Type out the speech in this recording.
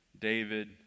David